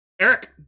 Eric